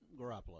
Garoppolo